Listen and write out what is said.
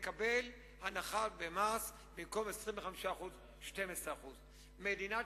מקבל הנחה במס: במקום 25% 12%. מדינת